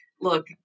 look